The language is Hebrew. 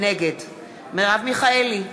נגד מרב מיכאלי,